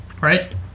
Right